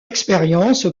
expérience